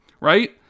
right